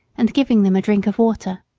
and giving them a drink of water.